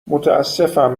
متاسفم